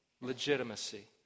legitimacy